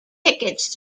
tickets